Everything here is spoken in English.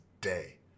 day